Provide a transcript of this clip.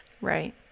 Right